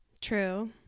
True